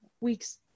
weeks